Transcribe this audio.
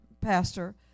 pastor